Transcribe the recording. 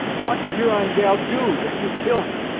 what huron gal do, dat you kill him?